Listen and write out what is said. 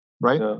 right